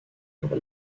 pour